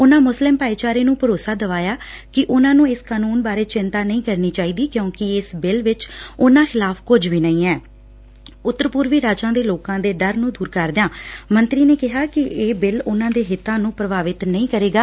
ਉਨੂਾਂ ਮੁਸਲਿਮ ਭਾਈਚਾਰੇ ਨੂੰ ਭਰੋਸਾ ਦਵਾਇਆ ਕਿ ਉਨੂਂ ਨੂੰ ਇਸ ਕਾਨੂੰਨ ਬਾਰੇ ਚਿੰਤਾ ਨਹੀਂ ਕਰਨੀ ਚਾਹੀਦੀ ਕਿਉਂਕਿ ਇਸ ਬਿੱਲ ਵਿਚ ਉਨੂਾ ਖਿਲਾਫ਼ ਕੁਝ ਵੀ ਨਹੀ ਐ ਉੱਤਰ ਪੂਰਬੀ ਰਾਜਾਂ ਦੇ ਲੋਕਾਂ ਦੇ ਡਰ ਨੂੰ ਦੂਰ ਕਰਦਿਆਂ ਮੰਤਰੀ ਨੇ ਕਿਹਾ ਕਿ ਇਹ ਬਿੱਲ ਉਨੂਾ ਦੇ ਹਿੱਤਾਂ ਨੂੰ ਪ੍ਰਭਾਵਿਤ ਨਹੀਂ ਕਰੇਗਾ